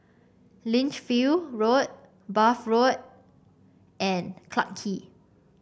Lichfield Road Bath Road and Clarke Quay